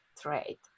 trade